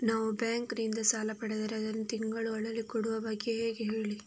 ನಾವು ಬ್ಯಾಂಕ್ ನಿಂದ ಸಾಲ ಪಡೆದರೆ ಅದನ್ನು ತಿಂಗಳುಗಳಲ್ಲಿ ಕೊಡುವ ಬಗ್ಗೆ ಹೇಗೆ ಹೇಳಿ